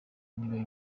nibiba